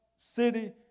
city